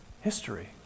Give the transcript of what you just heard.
history